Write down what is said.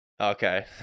Okay